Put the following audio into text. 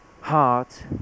Heart